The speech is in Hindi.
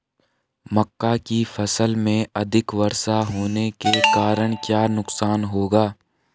मक्का की फसल में अधिक वर्षा होने के कारण क्या नुकसान होगा?